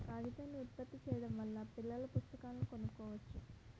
కాగితాన్ని ఉత్పత్తి చేయడం వల్ల పిల్లల పుస్తకాలను కొనుక్కోవచ్చు